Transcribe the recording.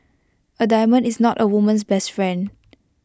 A diamond is not A woman's best friend